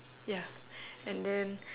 ya and then